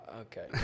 Okay